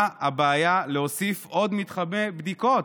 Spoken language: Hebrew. מה הבעיה להוסיף עוד מתחמי בדיקות?